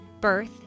birth